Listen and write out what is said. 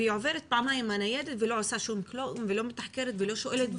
עוברת פעמיים הניידת ולא עושה שום כלום ולא מתחקרת ולא שואלת.